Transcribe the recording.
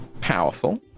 powerful